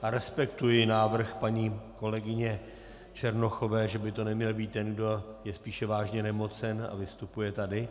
Respektuji návrh paní kolegyně Černochové, že by to neměl být ten, kdo je spíše vážně nemocen a vystupuje tady.